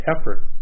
effort